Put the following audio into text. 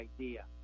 idea